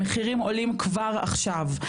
המחירים עולים כבר עכשיו,